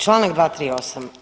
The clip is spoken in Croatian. Članak 238.